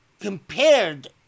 compared